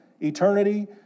Eternity